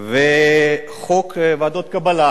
וחוק ועדות קבלה,